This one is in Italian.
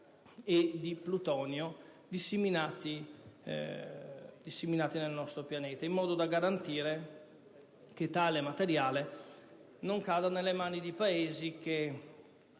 e di plutonio disseminati nel nostro pianeta, in modo da garantire che tali materiali non cadano nelle mani di Paesi che